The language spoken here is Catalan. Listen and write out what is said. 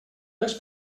les